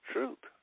Truth